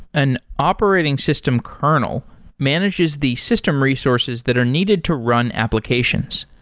an operating system kernel manages the system resources that are needed to run applications.